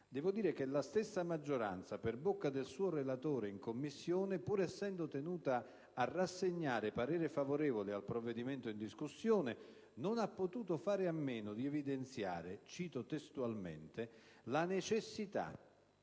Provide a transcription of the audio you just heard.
devo dire che la stessa maggioranza, per bocca del suo relatore in Commissione, pur essendo tenuta a rassegnare parere favorevole al provvedimento in discussione, non ha potuto fare a meno di evidenziare - cito testualmente - «la necessità